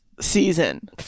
season